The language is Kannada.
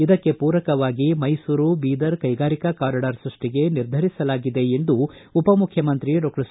ಇದಕ್ಕೆ ಪೂರಕವಾಗಿ ಮೈಸೂರು ಬೀದರ್ ಕೈಗಾರಿಕಾ ಕಾರಿಡಾರ್ ಸೃಷ್ಷಿಗೆ ನಿರ್ಧರಿಸಲಾಗಿದೆ ಎಂದು ಉಪಮುಖ್ಯಮಂತ್ರಿ ಡಾಕ್ಟರ್ ಸಿ